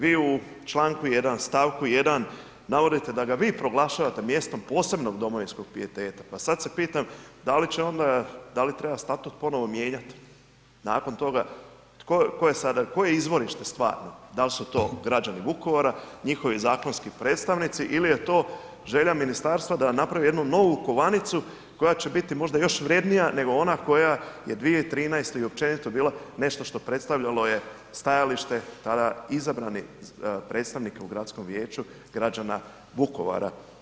Vi u čl. 1. st. 1. navodite da ga vi proglašavate mjestom posebnog domovinskog pijeteta, pa sad se pitam da li će onda, da li treba statut ponovo mijenjat nakon toga tko, ko je sada, ko je izvorište stvarno, dal su to građani Vukovara, njihovi zakonski predstavnici il je to želja ministarstva da napravi jednu novu kovanicu koja će biti možda još vrjednija nego ona koja je 2013. i općenito bila nešto što predstavljalo je stajalište tada izabrane predstavnike u gradskom vijeću građana Vukovara.